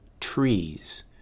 trees